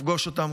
לפגוש אותם,